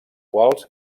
quals